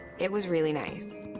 it was really nice.